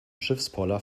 schiffspoller